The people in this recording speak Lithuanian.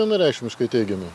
vienareikšmiškai teigimi